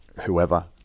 whoever